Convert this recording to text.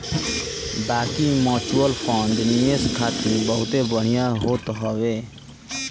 बाकी mutual fund निवेश खातिर बहुते बढ़िया होत हवे